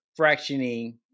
fractioning